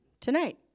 tonight